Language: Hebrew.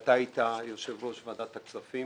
עת היית יושב ראש ועדת הכספים,